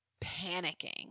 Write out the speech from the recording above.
panicking